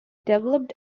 developed